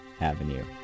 Avenue